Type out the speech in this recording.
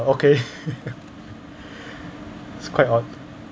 okay it's quite odd